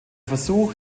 versuch